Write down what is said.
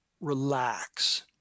relax